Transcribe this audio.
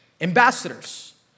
ambassadors